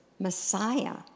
Messiah